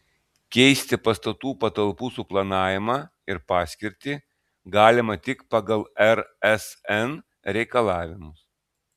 keisti pastatų patalpų suplanavimą ir paskirtį galima tik pagal rsn reikalavimus